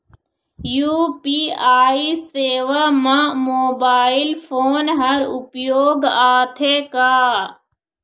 UPI सेवा म mobile phone हर उपयोग आथे का?